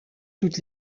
toutes